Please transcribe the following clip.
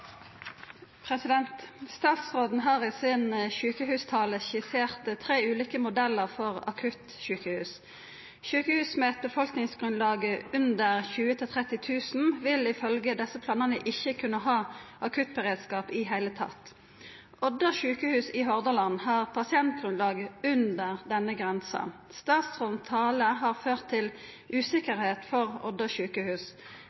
har i sin sykehustale skissert tre ulike modeller for akuttsykehus. Sykehus med et befolkningsgrunnlag under 20–30 000 vil ifølge disse planene ikke kunne ha akuttberedskap i det hele tatt. Odda sjukehus i Hordaland har pasientgrunnlag under denne grensen. Statsrådens tale har ført til usikkerhet for Odda sjukehus.